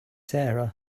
sarah